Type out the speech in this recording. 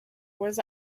was